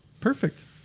Perfect